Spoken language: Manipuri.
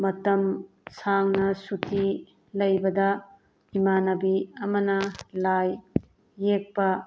ꯃꯇꯝ ꯁꯥꯡꯅ ꯁꯨꯇꯤ ꯂꯩꯕꯗ ꯏꯃꯥꯟꯅꯕꯤ ꯑꯃꯅ ꯂꯥꯏ ꯌꯦꯛꯄ